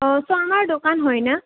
অঁ চৰ্মাৰ দোকান হয় না